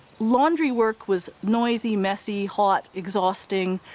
laundry work was noisy, messy, hot, exhausting,